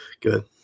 Good